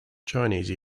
chinese